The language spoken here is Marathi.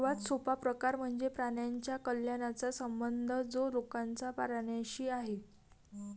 सर्वात सोपा प्रकार म्हणजे प्राण्यांच्या कल्याणाचा संबंध जो लोकांचा प्राण्यांशी आहे